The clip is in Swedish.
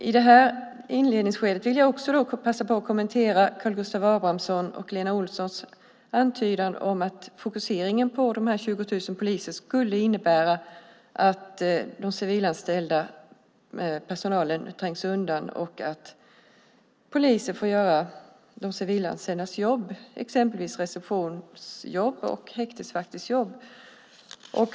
I inledningsskedet vill jag också passa på att kommentera Karl Gustav Abramssons och Lena Olssons antydan att fokuseringen på de 20 000 poliserna skulle innebära att den civilanställda personalen trängs undan och att de kommer att få göra de civilanställdas jobb, exempelvis receptions och häktesvaktsjobb.